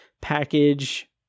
package